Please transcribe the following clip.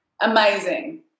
amazing